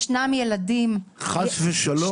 ישנם ילדים --- חס ושלום,